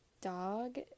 dog